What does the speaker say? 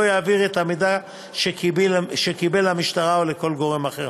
יעביר את המידע שקיבל למשטרה או לכל גורם אחר.